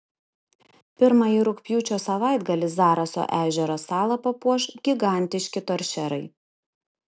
pirmąjį rugpjūčio savaitgalį zaraso ežero salą papuoš gigantiški toršerai